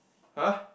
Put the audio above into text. !huh!